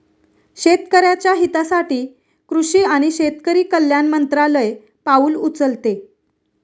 शेतकऱ्याच्या हितासाठी कृषी आणि शेतकरी कल्याण मंत्रालय पाउल उचलते